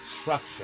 structure